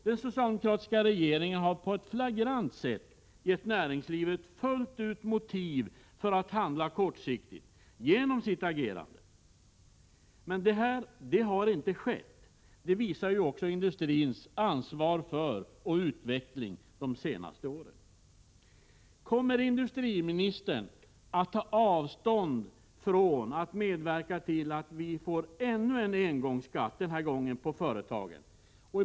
Den socialdemokratiska regeringen har genom sitt agerande på ett flagrant sätt verkligen gett näringslivet motiv för att handla kortsiktigt — men det har näringslivet inte gjort. Det visar industrins utveckling under de senaste åren, som också är ett tecken på industrins ansvar. Kan vi lita på att industriministern kommer att ta avstånd från inrättandet av ännu en engångsskatt, denna gång på företagen?